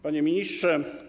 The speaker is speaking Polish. Panie Ministrze!